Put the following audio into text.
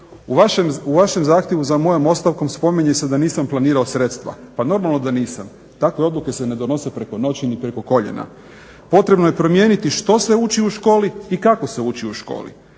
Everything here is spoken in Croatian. U vašem zahtjevu za mojom ostavkom spominje se da nisam planirao sredstva, pa normalno da nisam, takve odluke se ne donose preko noći ni preko koljena. Potrebno je promijeniti što se uči u školi i kako se uči u školi.